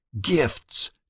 gifts